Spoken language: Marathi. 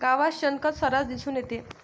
गावात शेणखत सर्रास दिसून येते